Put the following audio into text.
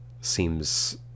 seems